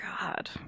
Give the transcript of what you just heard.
God